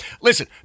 listen